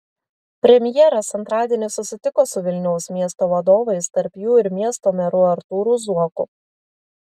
premjeras antradienį susitiko su vilniaus miesto vadovais tarp jų ir miesto meru artūru zuoku